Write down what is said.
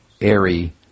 airy